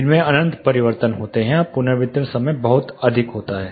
इसमें अनंत परावर्तन होते हैं या पुनर्वितरण का समय बहुत बड़ा होता है